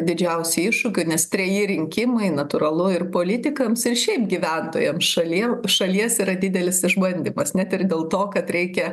didžiausių iššūkių nes treji rinkimai natūralu ir politikams ir šiaip gyventojam šalie šalies yra didelis išbandymas net ir dėl to kad reikia